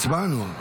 הצבענו.